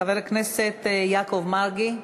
חבר הכנסת יעקב מרגי.